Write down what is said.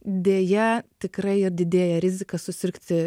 deja tikrai didėja rizika susirgti